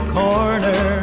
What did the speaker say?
corner